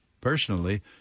personally –